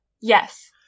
yes